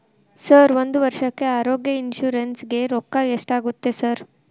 Sir ಒಂದು ವರ್ಷಕ್ಕೆ ಆರೋಗ್ಯ ಇನ್ಶೂರೆನ್ಸ್ ಗೇ ರೊಕ್ಕಾ ಎಷ್ಟಾಗುತ್ತೆ ಸರ್?